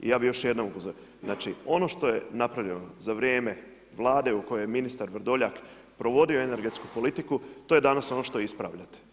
Ja bi još jednom upozorio, znači ono što je napravljeno za vrijeme vlade u kojoj je ministar Vrdoljak provodio energetsku politiku to je danas ono što ispravljate.